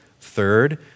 Third